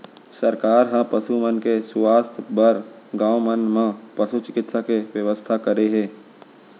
सरकार ह पसु मन के सुवास्थ बर गॉंव मन म पसु चिकित्सा के बेवस्था करे हे